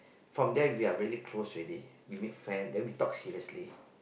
from there we're really close already we make friend then we talk seriously